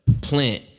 plant